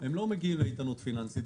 הם לא מגיעים לאיתנות פיננסית,